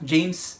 James